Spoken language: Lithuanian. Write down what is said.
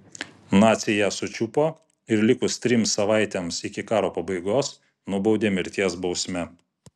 naciai ją sučiupo ir likus trims savaitėms iki karo pabaigos nubaudė mirties bausme